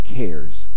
cares